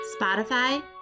Spotify